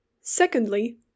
Secondly